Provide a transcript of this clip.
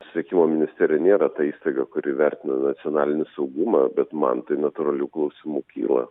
susisiekimo ministerija nėra ta įstaiga kuri vertina nacionalinį saugumą bet man tai natūralių klausimų kyla